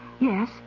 Yes